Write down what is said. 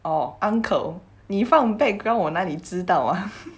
or uncle 你放 background 我哪里知道 ah